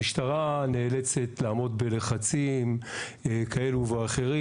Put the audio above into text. המשטרה נאלצת לעמוד בלחצים כאלו ואחרים,